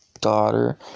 daughter